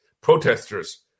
protesters